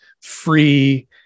free